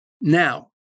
Now